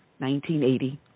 1980